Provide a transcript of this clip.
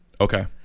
Okay